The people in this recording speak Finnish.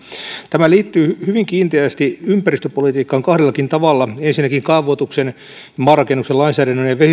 tämä liittyy hyvin kiinteästi ympäristöpolitiikkaan kahdellakin tavalla ensinnäkin kaavoituksen maanrakennuksen lainsäädännön ja